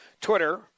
Twitter